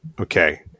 Okay